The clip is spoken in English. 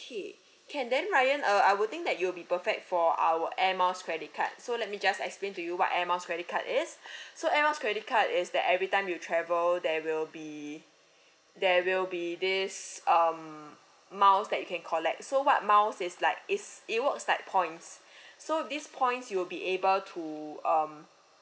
okay can then ryan uh I would think that you'll be perfect for our air miles credit card so let me just explain to you what air miles credit card is so air miles credit card is that every time you travel there will be there will be this um miles that you can collect so what miles is like is it works like points so these points you'll be able to um